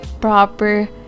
proper